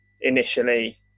initially